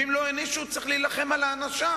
ואם לא הענישו צריך להילחם על הענשה,